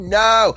no